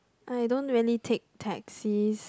I don't really take taxis